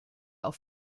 auf